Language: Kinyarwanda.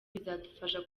bizadufasha